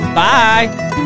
Bye